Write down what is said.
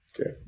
Okay